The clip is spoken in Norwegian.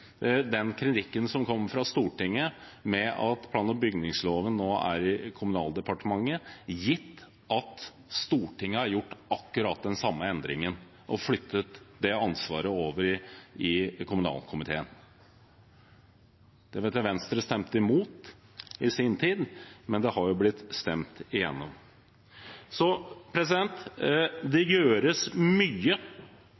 gitt at Stortinget har gjort akkurat den samme endringen og flyttet det ansvaret over i kommunalkomiteen. Det vet jeg at Venstre stemte imot i sin tid, men det har blitt stemt igjennom.